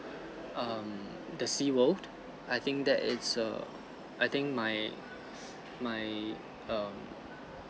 um the seawall I think that is a I think my my um